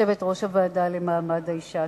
יושבת-ראש הוועדה למעמד האשה.